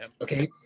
Okay